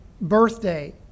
birthday